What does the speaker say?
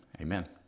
amen